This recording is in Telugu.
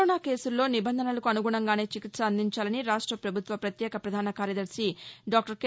కరోనా కేసుల్లో నిబంధనలకు అనుగుణంగానే చికిత్స అందించాలని రాష్ట పభుత్వ పత్యేక ప్రధాన కార్యదర్శి డాక్టర్ కె